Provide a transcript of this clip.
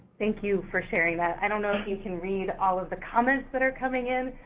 thank you for sharing that. i don't know if you can read all of the comments that are coming in,